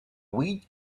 weeds